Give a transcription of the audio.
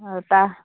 আৰু তাৰ